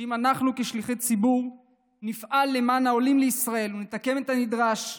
שאם אנחנו כשליחי ציבור נפעל למען העולים לישראל ונתקן את הנדרש,